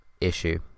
issue